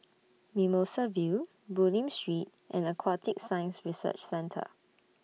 Mimosa View Bulim Street and Aquatic Science Research Centre